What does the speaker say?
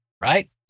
right